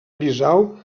bissau